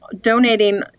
donating